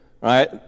right